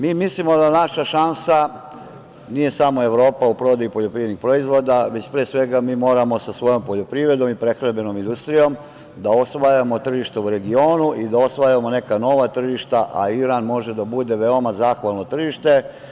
Mi mi mislimo da naša šansa nije samo Evropa u prodaji poljoprivrednih proizvoda, već pre svega mi moramo sa svojom poljoprivredom i prehrambenom industrijom da osvajamo tržišta u regionu i da osvajamo neka nova tržišta, a Iran može da bude veoma zahvalno tržište.